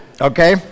Okay